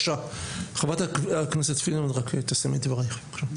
חברת הכנסת פרידמן, רק סיימי את דברייך, בבקשה.